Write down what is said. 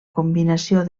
combinació